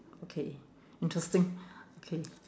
okay interesting okay